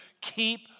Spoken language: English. keep